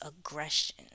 aggression